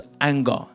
anger